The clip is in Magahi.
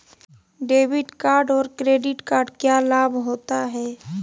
डेबिट कार्ड और क्रेडिट कार्ड क्या लाभ होता है?